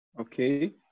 Okay